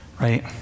Right